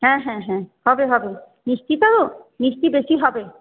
হ্যাঁ হ্যাঁ হ্যাঁ হবে হবে মিষ্টি তো মিষ্টি বেশি হবে